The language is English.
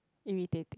irritating